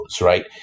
right